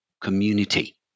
community